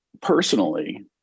personally